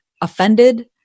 offended